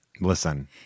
Listen